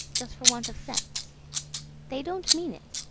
just for want of sense they don't mean it,